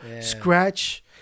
scratch